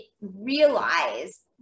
realize